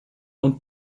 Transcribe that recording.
und